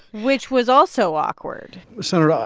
which was also awkward senator, ah